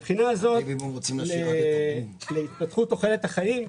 מהבחינה הזאת להתפתחות תוחלת החיים,